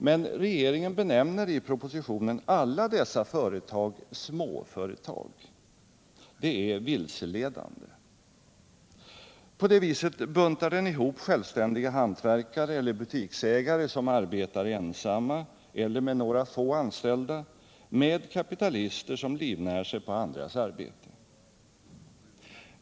Men regeringen benämner i propositionen alla dessa företag småföretag. Det är vilseledande. På det viset buntar den ihop självständiga hantverkare eller butiksägare, som arbetar ensamma eller med några få anställda, med kapitalister som livnär sig på andras arbete.